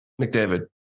McDavid